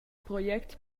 project